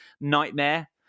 nightmare